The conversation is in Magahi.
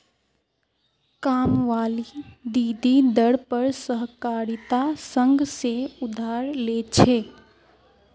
कामवाली दीदी दर पर सहकारिता संघ से उधार ले छे